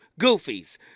goofies